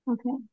Okay